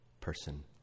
person